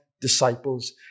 disciples